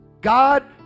God